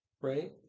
right